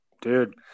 dude